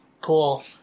Cool